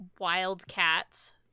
wildcats